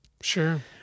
Sure